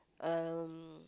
um